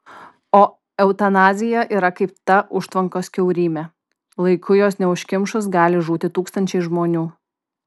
o eutanazija yra kaip ta užtvankos kiaurymė laiku jos neužkimšus gali žūti tūkstančiai žmonių